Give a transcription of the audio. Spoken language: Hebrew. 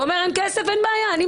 אם אין כסף הוא משלם.